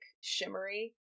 shimmery